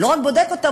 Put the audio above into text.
ולא רק בודק אותם,